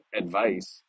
advice